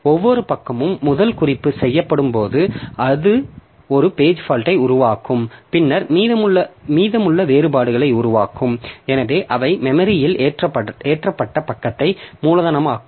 ஒவ்வொரு பக்கமும் முதல் குறிப்பு செய்யப்படும்போது அது ஒரு பேஜ் பால்ட்யை உருவாக்கும் பின்னர் மீதமுள்ள வேறுபாடுகளை உருவாக்கும் எனவே அவை மெமரியில் ஏற்றப்பட்ட பக்கத்தை மூலதனமாக்கும்